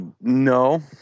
no